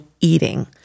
eating